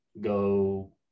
go